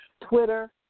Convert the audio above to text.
Twitter